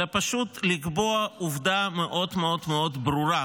אלא פשוט לקבוע עובדה מאוד מאוד ברורה,